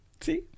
See